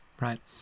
right